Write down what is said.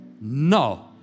No